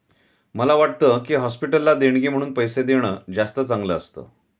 मला वाटतं की, हॉस्पिटलला देणगी म्हणून पैसे देणं जास्त चांगलं असतं